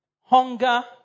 hunger